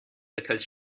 because